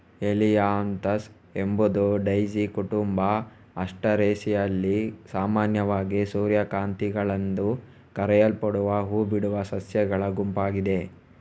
Helianthus ಎಂಬುದು daisy ಕುಟುಂಬ ಆಸ್ಟರೇಸಿಯಲ್ಲಿ ಸಾಮಾನ್ಯವಾಗಿ ಸೂರ್ಯಕಾಂತಿಗಳೆಂದು ಕರೆಯಲ್ಪಡುವ ಹೂ ಬಿಡುವ ಸಸ್ಯಗಳ ಗುಂಪಾಗಿದೆ